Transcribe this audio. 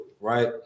right